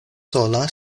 sola